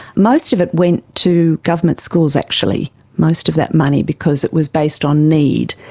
most of it went to government schools actually, most of that money, because it was based on need.